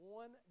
one